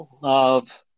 love